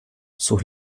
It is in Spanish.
sus